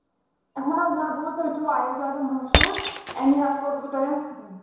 ہُہ نہٕ حظ مےٚ حظ بوٗز تُہۍ چھُو واریاہ زیادٕ مٔہشوٗر اَمی حظ کوٚر بہٕ تۄہہِ